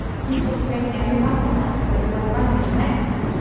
keith was straining every muscle now, but it was like running in a nightmare.